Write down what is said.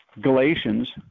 Galatians